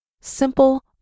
Simple